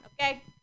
okay